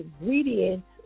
ingredients